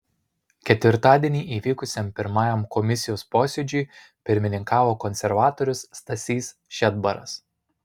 ketvirtadienį įvykusiam pirmajam komisijos posėdžiui pirmininkavo konservatorius stasys šedbaras